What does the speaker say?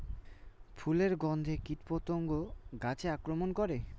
ফুলের গণ্ধে কীটপতঙ্গ গাছে আক্রমণ করে?